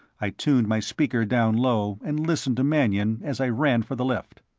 i tuned my speaker down low and listened to mannion as i ran for the lift.